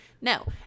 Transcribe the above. No